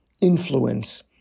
influence